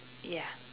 ya